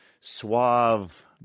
suave